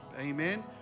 amen